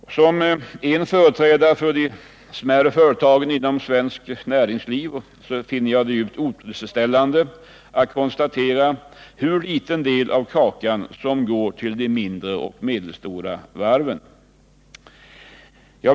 Såsom en företrädare för de smärre företagen inom svenskt näringsliv finner jag det djupt otillfredsställande att konstatera hur liten del av kakan som går till de mindre och medelstora varven.